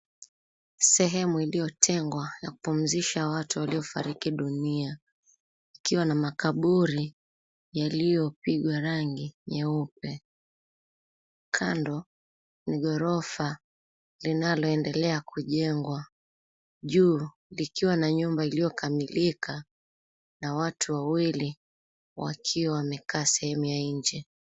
Sehemu iliyotengwa ya kupumzisha watu waliofariki dunia kukiwa na makaburi yaliyopigwa rangi nyeupe. Kando ni ghorofa linaloendelea kujengwa juu likiwa na nyumba iliyokamilika na watu wawili wakiwa wamekaa sehemu ya nje.